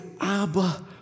Abba